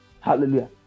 Hallelujah